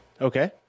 Okay